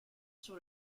sur